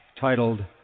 titled